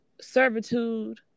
servitude